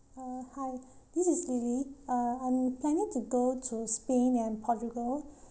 uh hi this is lily uh I'm planning to go to spain and portugal